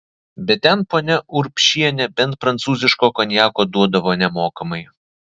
bet ten ponia urbšienė bent prancūziško konjako duodavo nemokamai